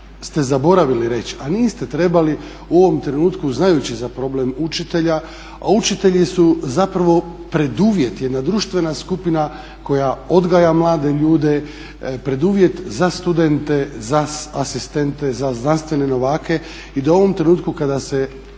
ste zaboravili reći a niste trebali u ovom trenutku znajući za problem učitelja a učitelji su zapravo preduvjet, jedna društvena skupina koja odgaja mlade ljude, preduvjet za studente, za asistente, za znanstvene novake i da u ovom trenutku kada se